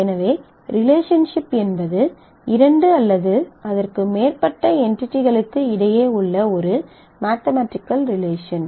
எனவே relationship relationship என்பது இரண்டு அல்லது அதற்கு மேற்பட்ட என்டிடிகளுக்கு இடையே உள்ள ஒரு மேத்தமெடிக்கல் ரிலேஷன்